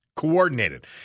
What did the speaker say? Coordinated